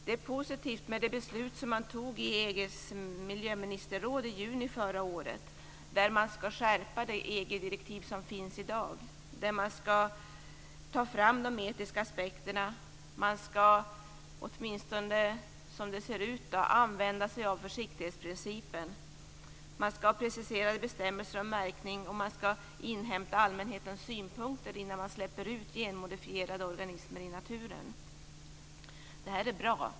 Det är positivt med det beslut som togs i EU:s miljöministerråd i juni förra året - att man ska skärpa det EG-direktiv som finns i dag. Man ska ta fram de etiska aspekterna och, åtminstone som det ser ut, använda sig av försiktighetsprincipen. Man ska precisera bestämmelser om märkning och inhämta allmänhetens synpunkter innan man släpper ut genmodifierade organismer i naturen. Detta är bra.